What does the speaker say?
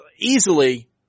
easily –